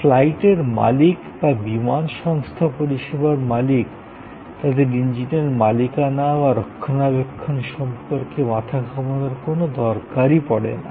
ফ্লাইটের মালিক বা বিমান সংস্থা পরিষেবার মালিক তাদের ইঞ্জিনের মালিকানা বা রক্ষণাবেক্ষণ সম্পর্কে মাথা ঘামানোর কোনো দরকারই পড়ে না